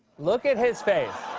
look at his face.